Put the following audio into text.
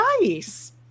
nice